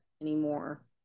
anymore